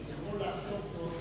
כבוד השר,